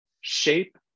shape